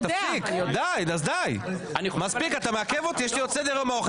תפסיק, די, יש לי עוד סדר יום ארוך.